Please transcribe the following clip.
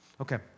Okay